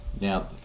Now